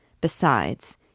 Besides